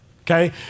Okay